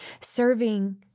serving